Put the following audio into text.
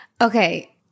Okay